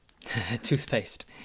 Toothpaste